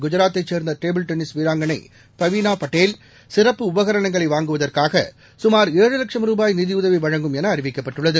குஜராத்தைச் சேர்ந்த table tennis வீராங்கனை பவீனா பட்டேல் சிறப்பு உபகரணங்களை வாங்குவதற்காக சுமார் ரூபாய் வழங்கும் என அறிவிக்கப்பட்டுள்ளது